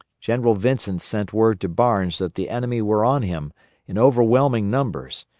general vincent sent word to barnes that the enemy were on him in overwhelming numbers,